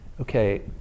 okay